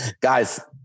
Guys